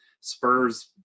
Spurs